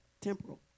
Temporal